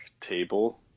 table